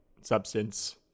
substance